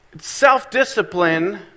self-discipline